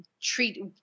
treat